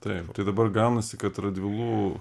taip tai dabar gaunasi kad radvilų